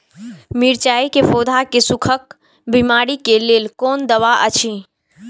मिरचाई के पौधा के सुखक बिमारी के लेल कोन दवा अछि?